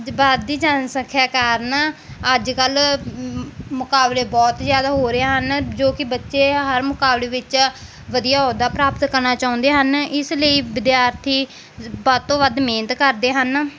ਵਧਦੀ ਜਨਸੰਖਿਆ ਕਾਰਨ ਅੱਜ ਕੱਲ੍ਹ ਮੁਕਾਬਲੇ ਬਹੁਤ ਹੀ ਜ਼ਿਆਦਾ ਹੋ ਰਹੇ ਹਨ ਜੋ ਕਿ ਬੱਚੇ ਹਰ ਮੁਕਾਬਲੇ ਵਿੱਚ ਵਧੀਆ ਅਹੁਦਾ ਪ੍ਰਾਪਤ ਕਰਨਾ ਚਾਹੁੰਦੇ ਹਨ ਇਸ ਲਈ ਵਿਦਿਆਰਥੀ ਵੱਧ ਤੋਂ ਵੱਧ ਮਿਹਨਤ ਕਰਦੇ ਹਨ